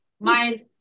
mind